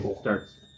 starts